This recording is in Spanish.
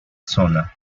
zona